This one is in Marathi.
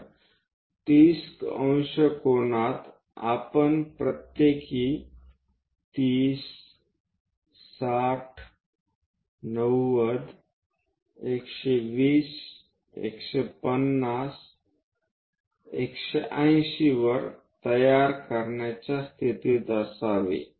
तर 30 ° कोनात आपण प्रत्येक 30 60 90 120 150 180 वर तयार करण्याचा स्थितीत असावे